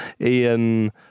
Ian